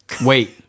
wait